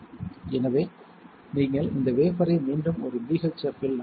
எனவே நீங்கள் இந்த வேபர்ரை மீண்டும் ஒரு BHF இல் நனைக்க வேண்டும்